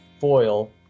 foil